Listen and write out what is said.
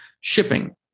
Shipping